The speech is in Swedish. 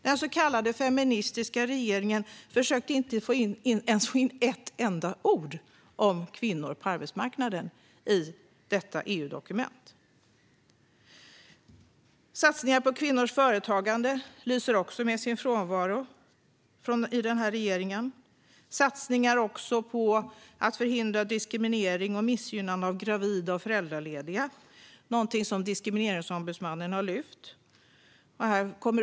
Den så kallade feministiska regeringen försökte inte ens få in ett enda ord om kvinnor på arbetsmarknaden i detta EU-dokument. Satsningar på kvinnors företagande lyser också med sin frånvaro i denna regering. Likaså satsningar på att förhindra diskriminering och missgynnande av gravida och föräldralediga, något som Diskrimineringsombudsmannen lyft fram.